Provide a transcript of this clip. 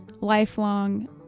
lifelong